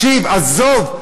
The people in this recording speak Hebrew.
עזוב.